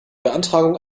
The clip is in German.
beantragung